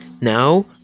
Now